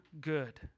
good